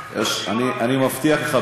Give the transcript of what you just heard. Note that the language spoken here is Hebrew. אני מבטיח לך,